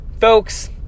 folks